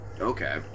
okay